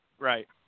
Right